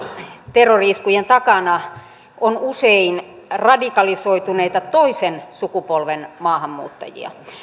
terrori iskujen takana on usein radikalisoituneita toisen sukupolven maahanmuuttajia